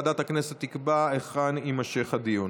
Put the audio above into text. ועדת הכנסת תקבע היכן יימשך הדיון.